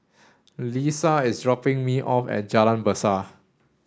Lesa is dropping me off at Jalan Besar